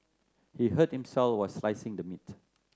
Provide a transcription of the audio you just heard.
he hurt himself while slicing the meat